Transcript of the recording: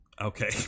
Okay